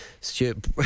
Stuart